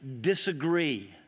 disagree